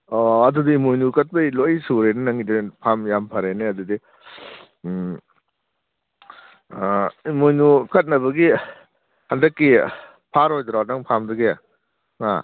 ꯑꯣ ꯑꯗꯨꯗꯤ ꯏꯃꯣꯏꯅꯨ ꯀꯠꯄꯩ ꯂꯣꯏ ꯁꯨꯔꯦꯅꯦ ꯅꯪꯒꯤꯗꯤ ꯐꯥꯝ ꯌꯥꯝ ꯐꯔꯦꯅꯦ ꯑꯗꯨꯗꯤ ꯏꯃꯣꯏꯅꯨ ꯀꯠꯅꯕꯒꯤ ꯍꯟꯗꯛꯀꯤ ꯐꯥꯔꯣꯏꯗ꯭ꯔꯣ ꯅꯪ ꯐꯥꯝꯗꯒꯤ